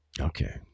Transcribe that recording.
Okay